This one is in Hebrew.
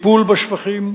טיפול בשפכים,